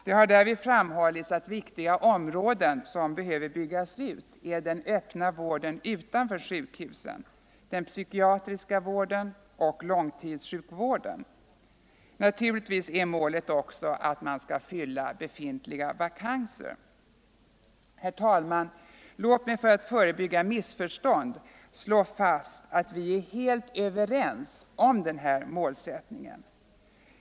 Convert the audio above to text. Det har därvid framhållits att viktiga områden som behöver byggas ut är den öppna vården utanför sjukhusen, den psykiatriska vården och långtidssjukvården. Naturligtvis är målet också att man skall fylla befintliga vakanser. Herr talman! Låt mig för att förebygga missförstånd slå fast att vi är helt överens om den här målsättningen.